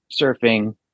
surfing